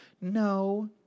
no